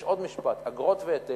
יש עוד משפט, "אגרות והיטלים".